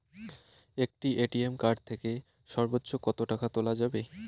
একটি ATM card থেকে সর্বোচ্চ কত টাকা তোলা যাবে?